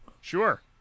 Sure